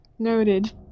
Noted